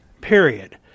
period